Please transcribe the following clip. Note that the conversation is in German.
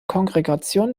kongregation